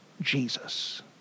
Jesus